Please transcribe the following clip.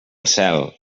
cel